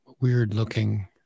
weird-looking